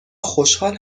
خوشحال